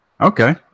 Okay